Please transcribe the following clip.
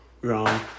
Wrong